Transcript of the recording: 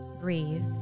Breathe